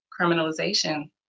criminalization